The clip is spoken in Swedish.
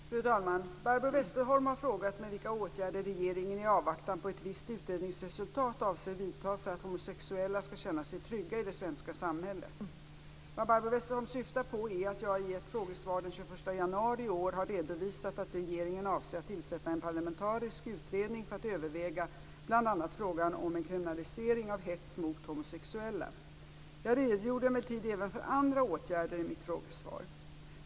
Fru talman! Barbro Westerholm har frågat mig vilka åtgärder regeringen i avvaktan på ett visst utredningsresultat avser vidta för att homosexuella skall känna sig trygga i det svenska samhället. Vad Barbro Westerholm syftar på är att jag i ett frågesvar den 21 januari i år har redovisat att regeringen avser att tillsätta en parlamentarisk utredning för att överväga bl.a. frågan om en kriminalisering av hets mot homosexuella. Jag redogjorde emellertid även för andra åtgärder i mitt frågesvar.